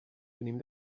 venim